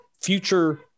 future